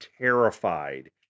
terrified